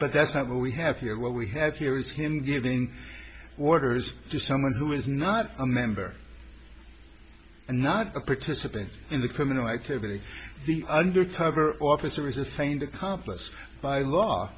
but that's not what we have here what we have here is him giving orders to someone who is not a member and not a participant in the criminal activity the undercover officer is a kind accomplice by law